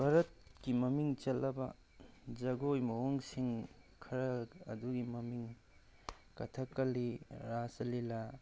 ꯚꯥꯔꯠꯀꯤ ꯃꯃꯤꯡ ꯆꯠꯂꯕ ꯖꯒꯣꯏ ꯃꯑꯣꯡꯁꯤꯡ ꯈꯔ ꯑꯗꯨꯒꯤ ꯃꯃꯤꯡꯗꯤ ꯀꯊꯛꯀꯂꯤ ꯔꯥꯖ ꯂꯤꯂꯥ